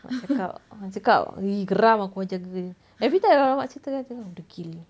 mak cakap mak cakap !ee! geram aku jaga dia every time kalau mak ceritakan macam tu lah degil